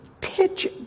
pitch